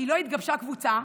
כי לא התגבשה קבוצה,